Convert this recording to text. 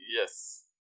Yes